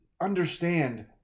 understand